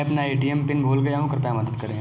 मैं अपना ATM pin भूल गया हूँ, कृपया मदद करें